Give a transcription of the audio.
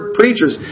preachers